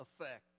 effect